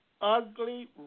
ugly